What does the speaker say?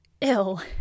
ill